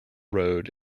road